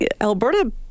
Alberta